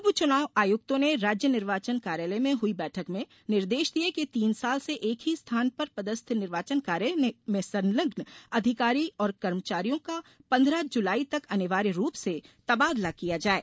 उप चुनाव आयुक्तों ने राज्य निर्वाचन कार्यालय में हुई बैठक में निर्देश दिये कि तीन साल से एक ही स्थान पर पदस्थ निर्वाचन कार्य में संलग्न अधिकारी और कर्मचारियों का पन्द्रह जुलाई तक अनिवार्य रूप से तबादला किया जाये